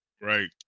Right